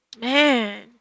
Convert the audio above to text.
Man